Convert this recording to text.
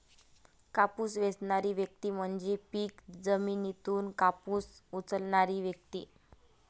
कापूस वेचणारी व्यक्ती म्हणजे पीक जमिनीतून कापूस उचलणारी व्यक्ती